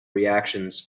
reactions